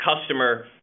customer